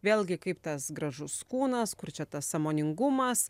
vėlgi kaip tas gražus kūnas kur čia tas sąmoningumas